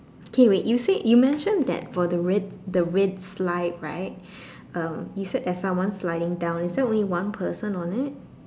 K wait you said you mentioned that for the red the red slide right um you said there's someone sliding down is there only one person on it